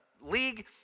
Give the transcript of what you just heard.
league